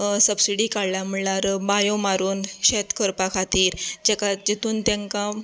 subsidy काडल्या म्हणल्यार बांयो मारून शेत करपा खातीर जेका जितुन तांकां